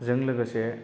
जों लोगोसे